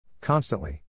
Constantly